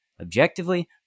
objectively